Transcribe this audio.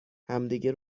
همدیگه